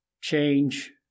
change